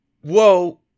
whoa